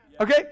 Okay